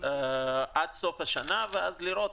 עד סוף השנה, ואז לראות.